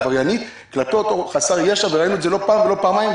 לצורה עבריינית כלפי אותו חסר ישע וראינו את זה לא פעם ולא פעמיים,